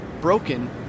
broken